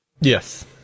Yes